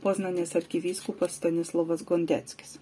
poznanės arkivyskupas stanislovas gondeckis